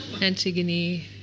Antigone